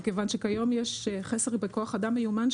מכיוון שכיום יש חסר בכוח אדם מיומן,